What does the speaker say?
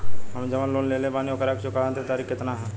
हम जवन लोन लेले बानी ओकरा के चुकावे अंतिम तारीख कितना हैं?